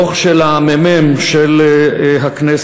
דוח של הממ"מ של הכנסת,